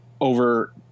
Over